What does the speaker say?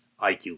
IQ